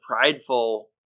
prideful